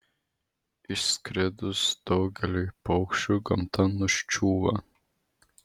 išskridus daugeliui paukščių gamta nuščiūva